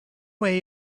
way